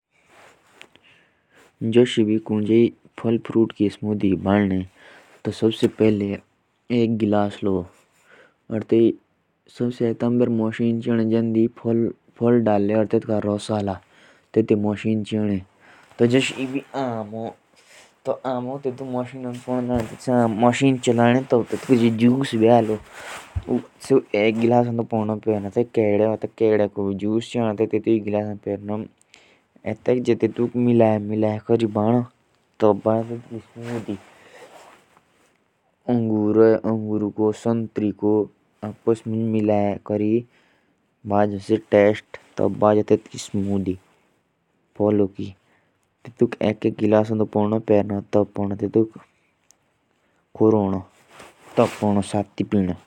अगर जूस बनाना है। तो हमें पहले मशीन चाहिए। और फिर सारे फलों का जूस मिलाकर वो टेस्ट लगता है। और हमें उस मशीन में पीसना होगा।